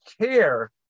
care